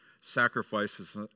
Sacrifices